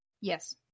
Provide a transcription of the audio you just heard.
Yes